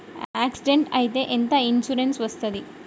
Accident అయితే ఎంత insurance వస్తది?